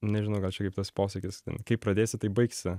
nežinau gal čia kaip tas posakis kaip pradėsi taip baigsi